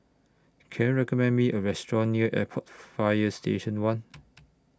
Can YOU recommend Me A Restaurant near Airport Fire Station one